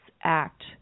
Act